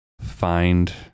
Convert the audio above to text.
find